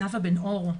נאווה בן אור,